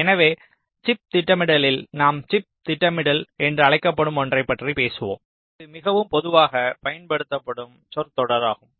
எனவே சிப் திட்டமிடலில் நாம் சிப் திட்டமிடல் என்று அழைக்கப்படும் ஒன்றைப் பற்றி பேசுகிறோம் இது மிகவும் பொதுவாக பயன்படுத்தப்படும் சொற்றொடராகும்